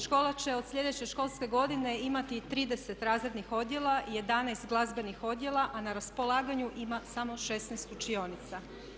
Škola će od sljedeće školske godine imati i 30 razrednih odjela i 11 glazbenih odjela a na raspolaganju ima samo 16 učionica.